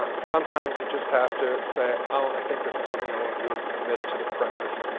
ah sometimes you just have to say, oh, i think this is something i want to do, and commit to the premise.